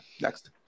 next